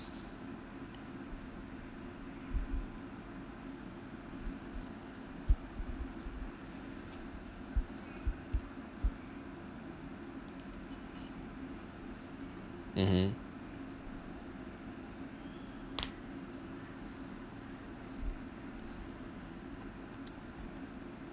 mmhmm